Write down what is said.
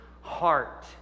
heart